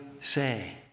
say